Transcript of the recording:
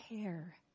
care